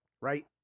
right